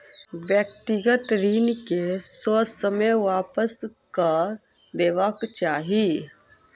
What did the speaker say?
व्यक्तिगत ऋण के ससमय वापस कअ देबाक चाही